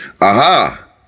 Aha